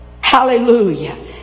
Hallelujah